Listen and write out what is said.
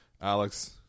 Alex